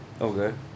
Okay